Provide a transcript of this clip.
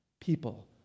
people